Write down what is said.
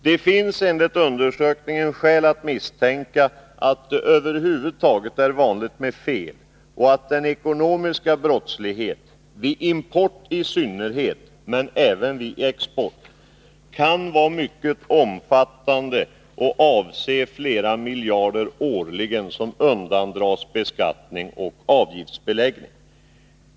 Det finns enligt undersökningen skäl att misstänka att det över huvud taget är vanligt med fel och att den ekonomiska brottsligheten — vid import i synnerhet men även vid export — kan vara mycket omfattande och avse flera miljarder kronor årligen som undandras beskattning och avgiftsbeläggning.